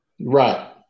Right